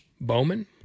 Bowman